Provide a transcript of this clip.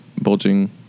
Bulging